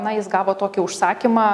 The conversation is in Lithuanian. na jis gavo tokį užsakymą